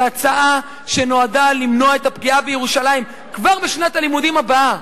זו הצעה שנועדה למנוע את הפגיעה בירושלים כבר בשנת הלימודים הבאה.